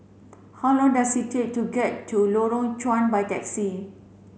how long does it take to get to Lorong Chuan by taxi